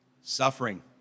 suffering